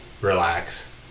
relax